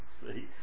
see